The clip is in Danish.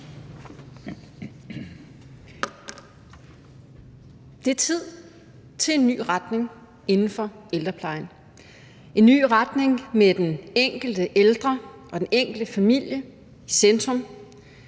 Det er tid til en ny retning inden for ældreplejen, en ny retning med den enkelte ældre og den enkelte familie i centrum,